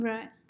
Right